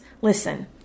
listen